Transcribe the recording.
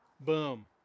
Boom